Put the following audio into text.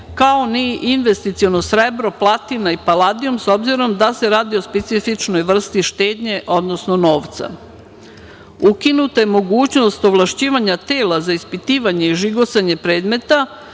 kao ni investiciono srebro, platina i paladijum, s obzirom da se radi o specifičnoj vrsti štednje, odnosno novca. Ukinuta je mogućnost ovlašćivanja tela za ispitivanje i žigosanje predmeta,